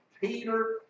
Peter